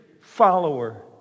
follower